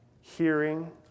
hearing